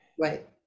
Right